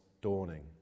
dawning